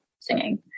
singing